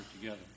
together